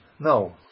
No